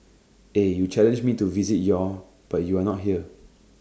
eh you challenged me to visit your but you are not here